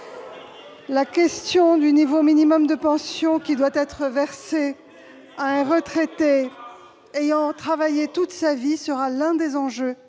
La question du niveau minimal de pension qui doit être versée à un retraité ayant travaillé toute sa vie sera l'un des enjeux